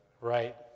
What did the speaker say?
Right